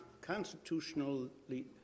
constitutionally